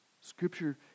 Scripture